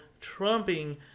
trumping